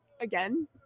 again